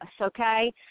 okay